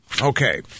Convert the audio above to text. Okay